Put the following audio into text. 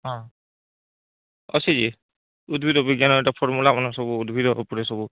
ହଁ ଆସିଛି ଉଦ୍ଭିଦ ବିଜ୍ଞାନ ଗୋଟେ ଫର୍ମୁଲାମାନେ ସବୁ ଉଦ୍ଭିଦ ଉପରେ ସବୁ